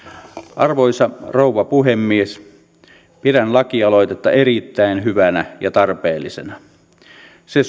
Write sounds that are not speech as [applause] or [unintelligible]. arvoisa rouva puhemies pidän lakialoitetta erittäin hyvänä ja tarpeellisena se [unintelligible]